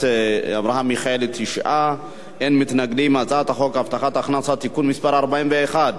ההצעה להעביר את הצעת חוק הבטחת הכנסה (תיקון מס' 41)